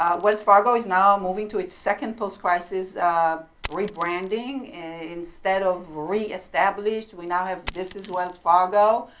ah wells fargo is now moving to its second post-crisis rebranding. instead of reestablished we now have, this is wells fargo.